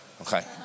Okay